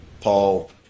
Paul